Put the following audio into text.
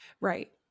Right